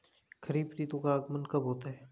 खरीफ ऋतु का आगमन कब होता है?